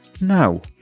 now